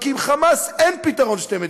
כי עם "חמאס" אין פתרון שתי מדינות.